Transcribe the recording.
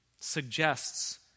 suggests